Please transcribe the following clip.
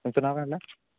तुमचं नाव काय म्हटला